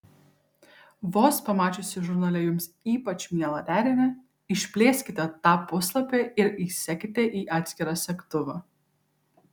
vos pamačiusi žurnale jums ypač mielą derinį išplėskite tą puslapį ir įsekite į atskirą segtuvą